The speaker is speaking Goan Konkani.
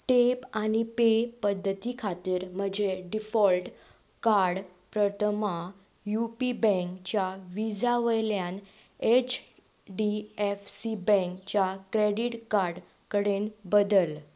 टेप आनी पे पद्दती खातीर म्हजें default card Prathama U P बँकच्या व्हिजा वयल्यान एच डी एफ सी बँकच्या क्रेडिट कडेन बदल